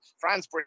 france